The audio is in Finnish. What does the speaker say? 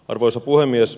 arvoisa puhemies